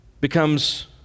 becomes